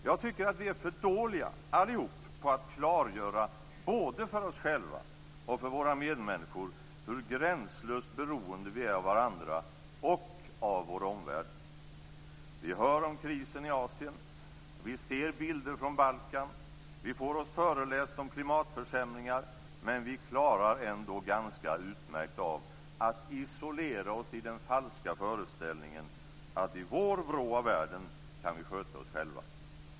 Jag tycker att vi är för dåliga - allihop - på att klargöra, både för oss själva och för våra medmänniskor, hur gränslöst beroende vi är av varandra och av vår omvärld. Vi hör om krisen i Asien. Vi ser bilder från Balkan. Vi får oss föreläst om klimatförsämringar. Men vi klarar ändå ganska utmärkt av att isolera oss i den falska föreställningen att i vår vrå av världen kan vi sköta oss själva.